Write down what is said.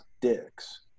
dicks